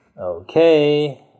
Okay